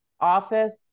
office